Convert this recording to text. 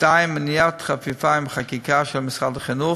2. מניעת חפיפה עם החקיקה של משרד החינוך,